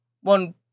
one